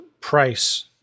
price